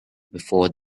before